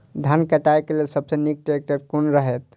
धान काटय के लेल सबसे नीक ट्रैक्टर कोन रहैत?